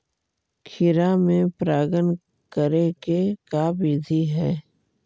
खिरा मे परागण करे के का बिधि है?